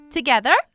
Together